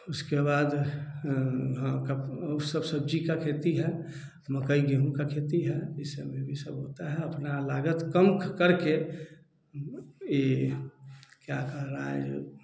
उसके बाद वो सब सब्जी का खेती है मकई गेहूँ का खेती है येसब इन सब भी होता है अपना लागत कम करके ये क्या कर रहा है